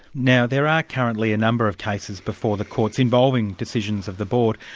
now there are currently a number of cases before the courts involving decisions of the board.